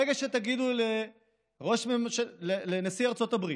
ברגע שתגידו לנשיא ארצות הברית: